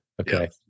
Okay